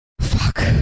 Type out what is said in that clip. fuck